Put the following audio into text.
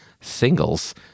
singles